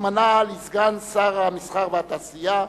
התמנה לסגן שר המסחר והתעשייה